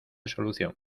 solución